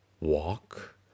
walk